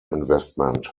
investment